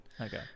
Okay